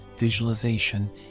visualization